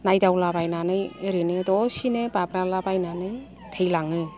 नायदावलाबायनानै ओरैनो दसेनो बाब्राबलाबायनानै थैलाङो